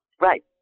Right